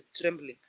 trembling